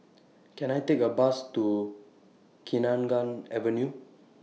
Can I Take A Bus to Kenanga Avenue